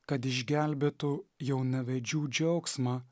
kad išgelbėtų jaunavedžių džiaugsmą